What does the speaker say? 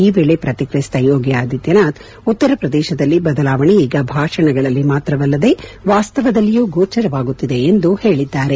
ಈ ವೇಳೆ ಪ್ರತಿಕ್ರಿಯಿಸಿದ ಯೋಗಿ ಆದಿತ್ತನಾಥ್ ಉತ್ತರ ಪ್ರದೇಶದಲ್ಲಿ ಬದಲಾವಣೆ ಈಗ ಭಾ ಣಗಳಲ್ಲಿ ಮಾತ್ರವಲ್ಲದೆ ವಾಸ್ತವದಲ್ಲಿಯೂ ಗೋಚರಿಸುತ್ತಿದೆ ಎಂದು ಹೇಳಿದ್ದಾರೆ